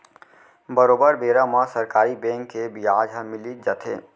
बरोबर बेरा म सरकारी बेंक के बियाज ह मिलीच जाथे